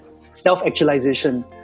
self-actualization